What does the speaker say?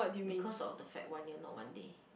because of the fact one year not one day